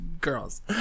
Girls